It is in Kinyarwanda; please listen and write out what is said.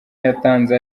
yatanze